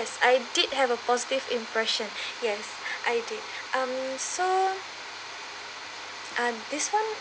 yes I did have a positive impression yes I did um so uh this [one]